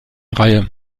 reihe